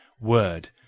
word